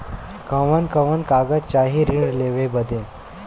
कवन कवन कागज चाही ऋण लेवे बदे?